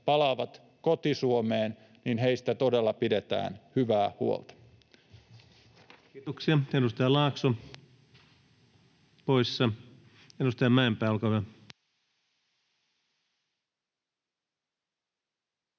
palaavat koti-Suomeen, heistä todella pidetään hyvää huolta. Kiitoksia. — Edustaja Laakso poissa. — Edustaja Mäenpää, olkaa hyvä.